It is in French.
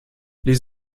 les